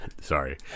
Sorry